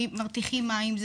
מרתיחים מים,